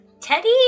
Teddy